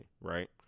Right